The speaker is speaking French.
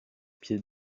pieds